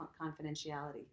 confidentiality